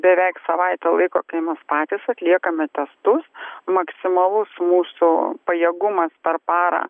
beveik savaitė laiko kai mes patys atliekame testus maksimalus mūsų pajėgumas per parą